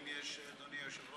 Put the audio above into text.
כמה דוברים יש, אדוני היושב-ראש?